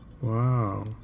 Wow